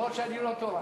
למרות שאני לא תורן.